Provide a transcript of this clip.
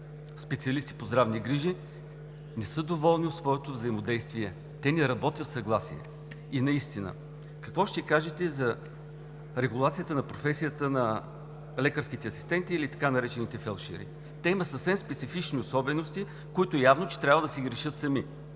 „специалисти по здравни грижи“, не са доволни от своето взаимодействие. Те не работят в съгласие. И наистина, какво ще кажете за регулацията на професията на лекарските асистенти или така наречените фелдшери? Те имат съвсем специфични особености, които явно трябва да си ги решат сами.